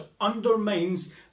undermines